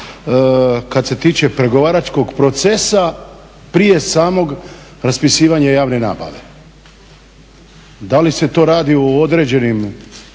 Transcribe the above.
kad se tiče pregovaračkog procesa, prije samog raspisivanja javne nabave. Da li se to radi o određenoj